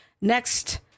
next